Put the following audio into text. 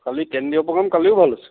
কালি কেন্দ্ৰীয় পগেম কালিও ভাল হৈছে